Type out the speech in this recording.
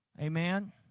Amen